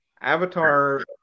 Avatar